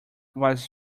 was